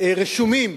רשומים